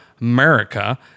America